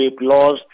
laws